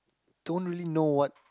don't really know what